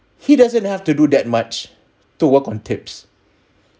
he doesn't have to do that much to work on tips